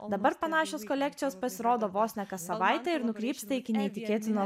dabar panašios kolekcijos pasirodo vos ne kas savaitę ir nukrypsta iki neįtikėtino